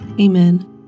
Amen